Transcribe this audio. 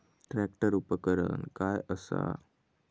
Tractor उपकरण काय असा?